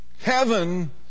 Heaven